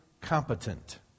competent